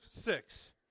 six